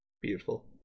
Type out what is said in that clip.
Beautiful